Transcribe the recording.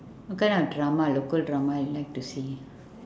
what kind of drama local drama you like to see